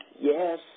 yes